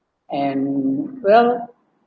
and well